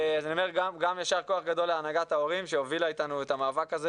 לכן אני אומר ישר כוח גדול להנהגת ההורים שהובילה איתנו את המאבק הזה